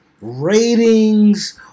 ratings